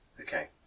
Okay